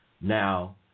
now